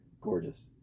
gorgeous